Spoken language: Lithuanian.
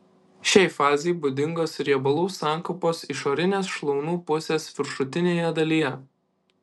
šiai fazei būdingos riebalų sankaupos išorinės šlaunų pusės viršutinėje dalyje